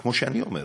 כמו שאני אומר להם: